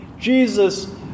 Jesus